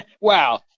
Wow